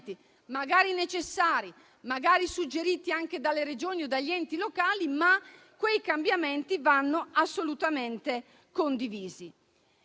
magari necessari, magari suggeriti anche dalle Regioni o dagli enti locali, che vanno assolutamente condivisi.